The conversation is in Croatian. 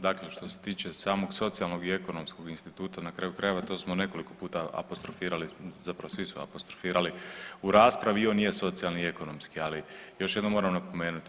Dakle što se tiče samog socijalnog i ekonomskog instituta na kraju krajeva to smo nekoliko puta apostrofirali, zapravo svi su apostrofirali u raspravi i on nije socijalni i ekonomski, ali još jednom moram napomenuti.